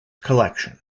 collection